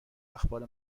اخبار